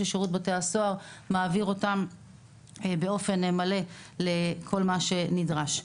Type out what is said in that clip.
ששירות בתי הסוהר מעביר באופן מלא לכל מה שנדרש.